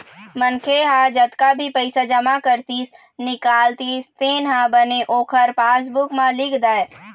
मनखे ह जतका भी पइसा जमा करतिस, निकालतिस तेन ह बने ओखर पासबूक म लिख दय